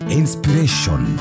inspiration